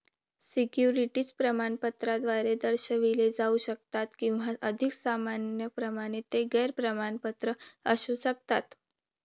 securities प्रमाणपत्राद्वारे दर्शविले जाऊ शकतात किंवा अधिक सामान्यपणे, ते गैर प्रमाणपत्र असू शकतात